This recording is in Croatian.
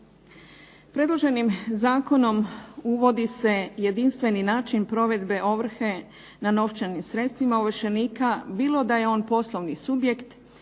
Predloženim zakonom uvodi se jedinstveni način provedbe ovrhe na novčanim sredstvima ovršenika, bilo da je on poslovni subjekt,